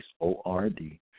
O-R-D